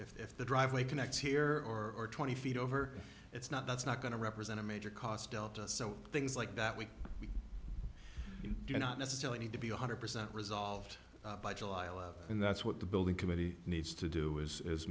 road if the driveway connects here or twenty feet over it's not that's not going to represent a major cost delta so things like that we do not necessarily need to be one hundred percent resolved by july alone and that's what the building committee needs to do is